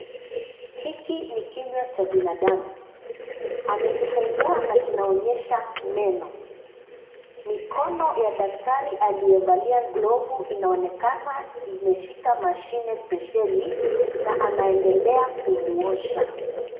Hiki ni kinywa cha binadamu. Amekifungua na kinaonyesha meno. Mikono ya daktari aliyevalia glovu inaonekama imeshika mashine spesheli na anaendelea kumuosha.